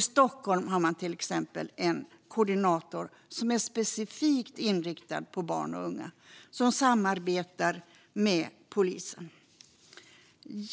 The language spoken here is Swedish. I Stockholm har man till exempel en koordinator som är specifikt inriktad på barn och unga och som samarbetar med polisen.